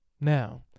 Now